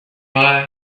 why